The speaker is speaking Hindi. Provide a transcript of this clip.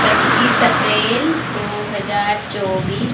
पच्चीस अप्रेल दो हज़ार चौबीस